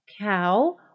Cow